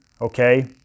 okay